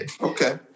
Okay